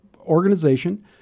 organization